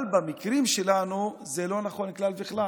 אבל במקרה שלנו זה לא נכון כלל וכלל.